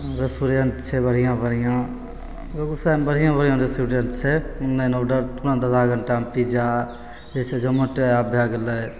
restaurant छै बढ़िआँ बढ़िआँ बेगूसरायमे बढ़िआँ बढ़िआँ रेस्टोरेन्ट छै मेन ऑडर आधा घण्टामे पिज्जा जइसे जोमैटो एप भै गेलै